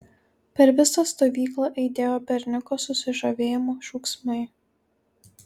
per visą stovyklą aidėjo berniuko susižavėjimo šūksmai